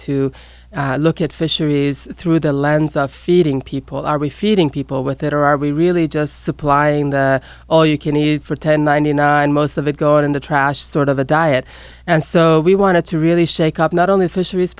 to look at fisheries through the lens of feeding people are we feeding people with it or are we really just supplying the all you can eat for ten ninety nine most of it go in the trash sort of a diet and so we wanted to really shake up not only fisheries